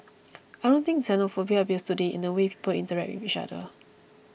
I don't think xenophobia appears today in the way people interact with each other